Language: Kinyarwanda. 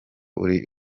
uri